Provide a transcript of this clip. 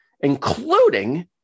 including